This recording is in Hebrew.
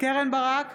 קרן ברק,